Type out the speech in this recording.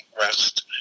rest